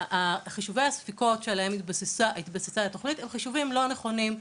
חישובי הספיקות שעליהם התבססה התוכנית הם חישובים לא נכונים,